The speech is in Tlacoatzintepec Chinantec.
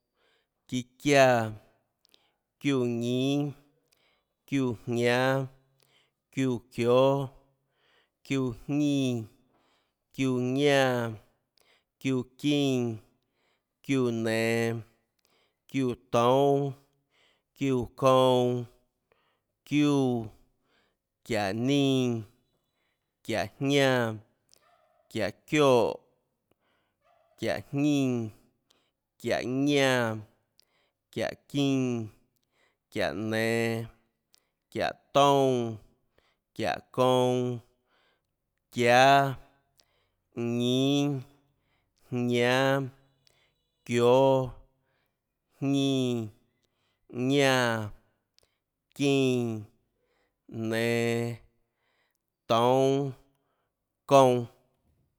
Çíã çiáã, çiúã ñínâ, çiúã jñánâ, çiúã çioè, çiúã jñínã, çiúã ñánã, çiúã çínã, çiúã nenå, çiúã toúnâ, çiúã kounã, çiúã, çiáhå nínã, çiáhå ñánã, çiáhå çioè, çiáhå jñínã, çiáhå ñánã, çiáhå çínã, çiáhå nen, çiáhå toúnâ, çiáhå kounã, çiáâ, ñínâ, jñánâ, kióâ. jñínã, ñánã, çínã. nenå. toúnâ. kounã